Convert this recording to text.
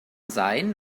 sein